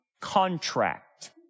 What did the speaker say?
contract